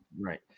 Right